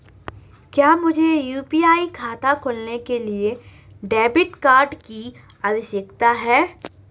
क्या मुझे यू.पी.आई खाता खोलने के लिए डेबिट कार्ड की आवश्यकता है?